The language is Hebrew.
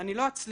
אני לא אצליח.